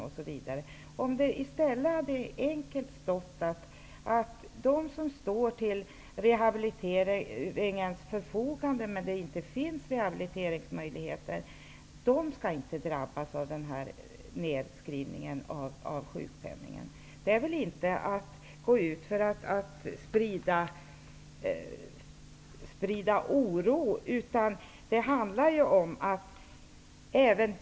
I stället kunde det klart ha stått att de som står till förfogande för rehabilitering inte skall drabbas av den här nerskrivningen av sjukpenningen om det inte finns möjlighet till rehabilitering. Detta är väl inte att gå ut och sprida oro.